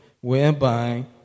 whereby